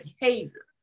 behavior